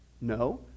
No